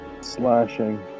Slashing